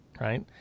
right